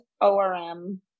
ORM